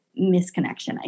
misconnection